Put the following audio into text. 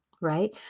right